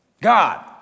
God